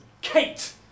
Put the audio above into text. Kate